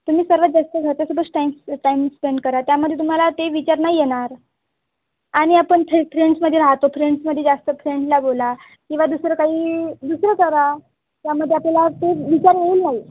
तुम्ही सर्वात जास्त घरच्यासोबत स्टाईम टाईम स्पेंड करा त्यामध्ये तुम्हाला ते विचार नाही येणार आणि आपण फे फ्रेंड्समध्ये राहतो फ्रेंड्समध्ये जास्त फ्रेंडला बोला किंवा दुसरं काही दुसरं करा त्यामध्ये आपल्याला ते विचार येऊ नाही